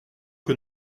que